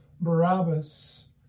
Barabbas